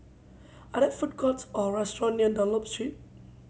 are there food courts or restaurant near Dunlop Street